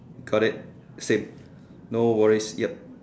got it same no worries yup